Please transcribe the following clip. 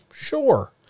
Sure